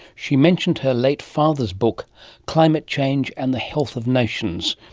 she mentioned her late father's book climate change and the health of nations.